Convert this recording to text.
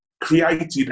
created